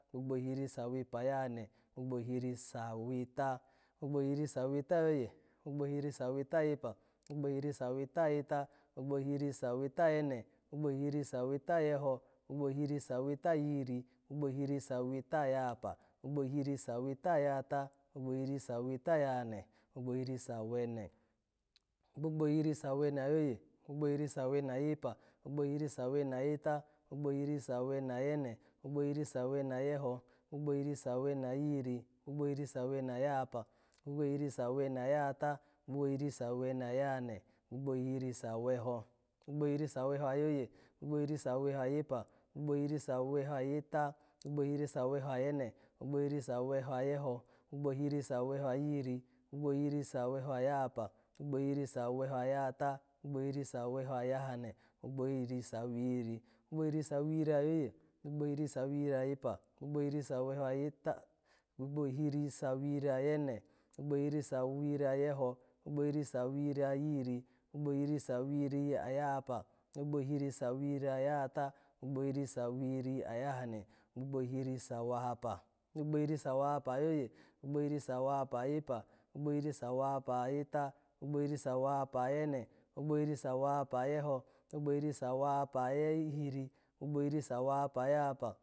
Ogbogbo ihiri sawepa ayahane, gbogbo sa-aweta, gbogbo ihiri saweta ayooye, gbogbo ihiri saweta ayepa, gbogbo ihiri saweta ayeta, gbogbo ihiri saweta ayene, gbogbo ihiri saweta ayeho, gbogbo ihiri saweta ayihiri, gbogbo ihiri saweta ayahapa, gbogbo ihiri saweta ayahata, gbogbo ihiri saweta ayahane, gbogbo ihiri sawene, gbogbo ihiri sawene ayoye, gbogbo ihiri sawene ayepa, gbogbo ihiri sawene ayeta, gbogbo ihiri sawene ayene, gbogbo ihiri sawene ayeho, gbogbo ihiri sawene ayihiri gbogbo ihiri sawene ayahapa, gbogbo ihiri sawene ayahata, gbogbo ihiri sawene ayahane, gbogbo ihiri saweho, gbogbo ihiri saweho ayoye, gbogbo ihiri saweho ayepa, gbogbo ihiri saweho ayeta, gbogbo ihiri saweho ayene, gbogbo ihiri saweho ayeho, gbogbo ihiri saweho ayihiri, gbogbo ihiri saweho ayahapa, gbogbo ihiri saweho ayahata, gbogbo ihiri saweho ayahane, gbogbo ihiri sawihiri, gbogbo ihiri sawihiri ayoye, gbogbo ihiri sawihiri ayepa, gbogbo ihiri sawihiri ayeta, gbogbo ihiri sawihiri ayene, gbogbo ihiri sawihiri ayeho, gbogbo ihiri sawihiri ayihiri, gbogbo ihiri sawihiri ayahapa, gbogbo ihiri sawihiri ayahata, gbogbo ihiri sawihiri ayahane, gbogbo ihiri sawahapa, gbogbo ihiri sawahapa ayoye, gbogbo ihiri sawahapa ayepa, gbogbo ihiri sawahapa ayeta, gbogbo ihiri sawahapa ayene, gbogbo ihiri sawahapa ayeho, gbogbo ihiri sawahapa aye-ihiri, gbogbo ihiri sawahapa ayahapa